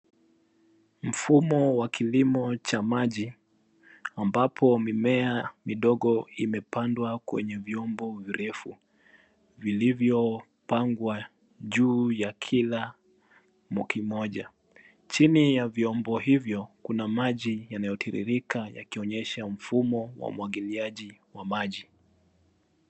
Mfumo wa kilimo cha maji ambapo mimea kidogo imepandwa kwenye vyombo virefu vilivyopangwa juu ya kila moki moja. Chini ya vyombo hivyo, kuna maji yanayotiririka yakionyesha mfumo wa umwagiliaji wa maji.